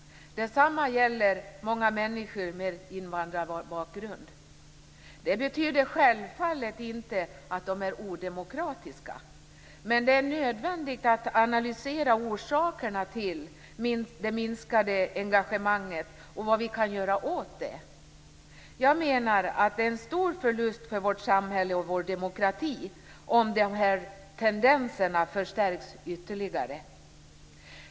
Detsamma gäller många människor med invandrarbakgrund. Det betyder självfallet inte att de är odemokratiska. Men det är nödvändigt att analysera orsakerna till det minskade engagemanget och vad vi kan göra åt det. Jag menar att det är en stor förlust för vårt samhälle och vår demokrati om de här tendenserna förstärks ytterligare.